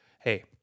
hey